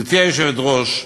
גברתי היושבת-ראש,